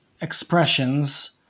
expressions